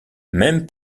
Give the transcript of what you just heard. mêmes